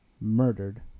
murdered